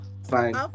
Fine